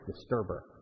disturber